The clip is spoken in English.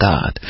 God